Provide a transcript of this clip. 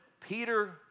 Peter